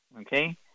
okay